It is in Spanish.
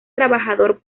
trabajador